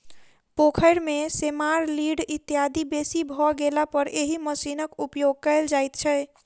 पोखैर मे सेमार, लीढ़ इत्यादि बेसी भ गेलापर एहि मशीनक उपयोग कयल जाइत छै